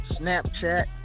Snapchat